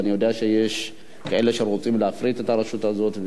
ואני יודע שיש כאלה שרוצים להפריט את הרשות הזאת,